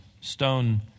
stone